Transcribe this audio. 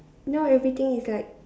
now everything is like